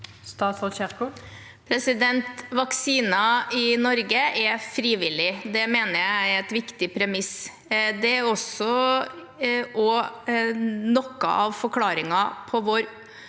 Vaksiner i Nor- ge er frivillig. Det mener jeg er et viktig premiss. Det er også noe av forklaringen på vår